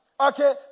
Okay